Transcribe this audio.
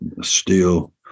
steel